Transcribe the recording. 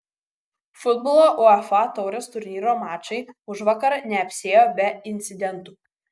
futbolo uefa taurės turnyro mačai užvakar neapsiėjo be incidentų